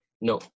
no